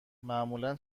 معمولا